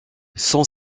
son